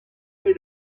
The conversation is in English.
they